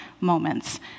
moments